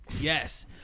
Yes